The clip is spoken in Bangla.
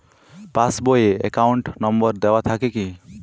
পাস বই এ অ্যাকাউন্ট নম্বর দেওয়া থাকে কি?